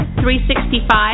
365